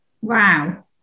Wow